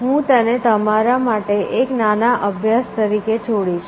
હું તેને તમારા માટે એક નાના અભ્યાસ તરીકે છોડીશ